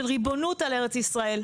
של ריבונות על ארץ ישראל.